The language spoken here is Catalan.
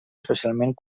especialment